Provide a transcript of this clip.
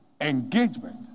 engagement